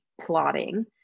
plotting